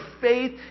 faith